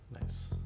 Nice